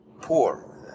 poor